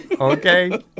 Okay